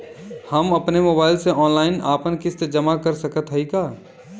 हम अपने मोबाइल से ऑनलाइन आपन किस्त जमा कर सकत हई का?